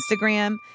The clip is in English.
Instagram